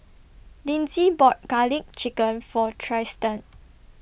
Linzy bought Garlic Chicken For Trystan